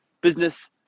business